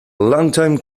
longtime